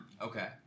Okay